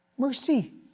Mercy